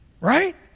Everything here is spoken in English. Right